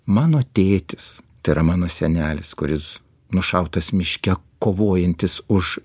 mano tėtis tai yra mano senelis kuris nušautas miške kovojantis už